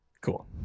cool